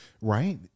Right